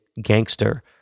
gangster